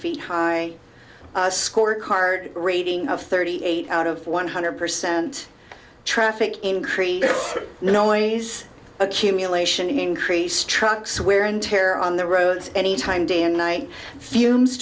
feet high score card rating of thirty eight out of one hundred percent traffic increase no worries accumulation increase trucks wear and tear on the roads any time day and night fumes